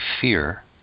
fear